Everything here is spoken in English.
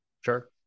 sure